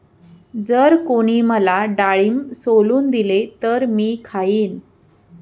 जर कोणी मला डाळिंब सोलून दिले तर मी खाईन